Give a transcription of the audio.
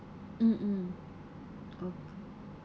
mm mm okay